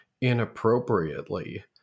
inappropriately